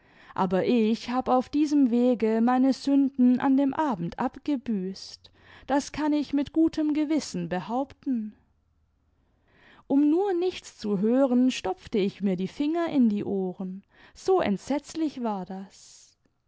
aber ich hab auf diesem wege meine sünden an dem abend abgebüßt das kann ich mit gtem gewissen behaupten um nur nichts zu hören stopfte ich mir die finger in die ohren so entsetzlich war das